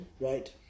right